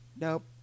Nope